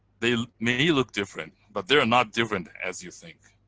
they may look different, but they're not different as you think.